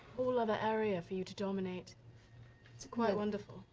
whole other area for you to dominate. it's quite wonderful.